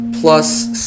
plus